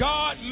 God